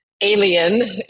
alien